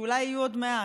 שאולי יהיו עוד מעט,